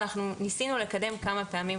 אנחנו ניסנו לקדם כמה פעמים,